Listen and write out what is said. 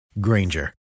Granger